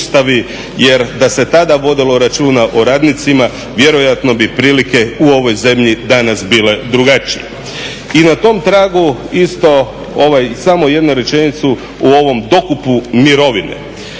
jer da se tada vodilo računa o radnicima vjerojatno bi prilike u ovoj zemlji danas bile drugačije. I na tom tragu isto, samo jednu rečenicu o ovom dokupu mirovine.